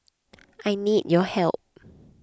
I need your help